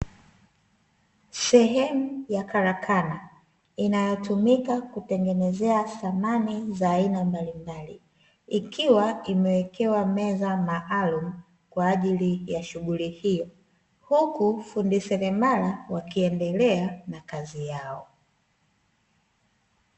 Sehemu ya karakana inatumika kutengenezea samani za aina mbalimbali ikiwa imewekewa meza maalum kwa ajili ya shughuli hiyo. Huku fundi seremala wakiendelea na kazi yao.